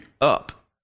up